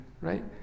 right